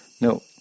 No